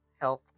health